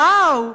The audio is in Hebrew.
וואו,